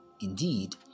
indeed